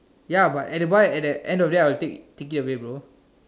ya but at the bar at the at the end of the day I will take I will take it away bro